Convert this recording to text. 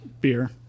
beer